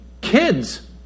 kids